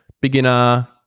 Beginner